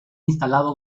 instalado